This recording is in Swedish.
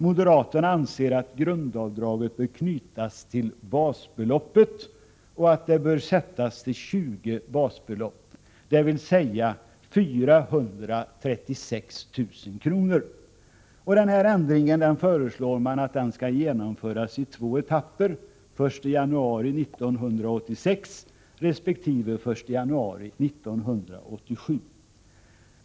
Moderaterna anser att grundavdraget bör knytas till basbeloppet och att det bör sättas till 20 basbelopp, dvs. 436 000 kr. Man föreslår att den ändringen skall genomföras i två etapper, den 1 januari 1986, resp. den 1 januari 1987.